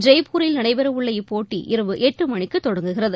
ஜெய்பூரில் நடைபெறவுள்ள இப்போட்டி இரவு எட்டுமணிக்குதொடங்குகிறது